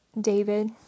David